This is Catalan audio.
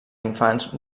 infants